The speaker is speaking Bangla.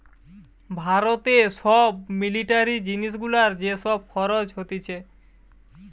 ভারতে সব মিলিটারি জিনিস গুলার যে সব খরচ হতিছে